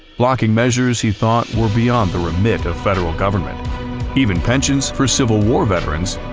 blocking measures he thought were beyond the remit of federal government even pensions for civil war veterans,